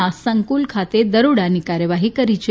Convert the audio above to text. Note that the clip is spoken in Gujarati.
ના સંકુલ ખાતે દરોડાની કાર્યવાહી કરી છે